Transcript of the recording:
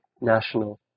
national